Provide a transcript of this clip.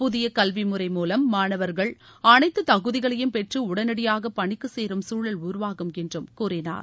புதிய கல்வி முறை மூலம் மாணவர்கள் அனைத்து தகுதிகளையும் பெற்று உடனடியாக பணிக்கு சேரும் சூழல் உருவாகும் என்றும் கூறினார்